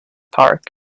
park